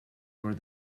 were